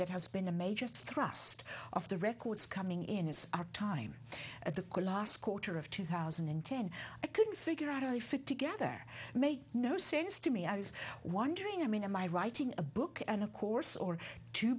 that has been a major thrust of the records coming in is our time at the last quarter of two thousand and ten i couldn't figure out how they fit together made no sense to me i was wondering i mean am i writing a book and of course or two